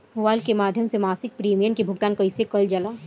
Mobile के माध्यम से मासिक प्रीमियम के भुगतान कैसे कइल जाला?